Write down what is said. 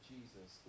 Jesus